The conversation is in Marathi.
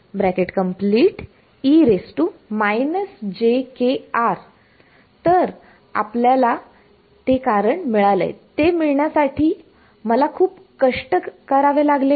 तर आपल्याला जे कारण मिळालंय ते मिळण्यासाठी मला खूप कष्ट करावे लागले का